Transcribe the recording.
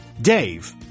Dave